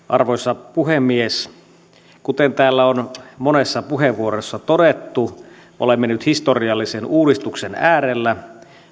arvoisa puhemies kuten täällä on monessa puheenvuorossa todettu olemme nyt historiallisen uudistuksen äärellä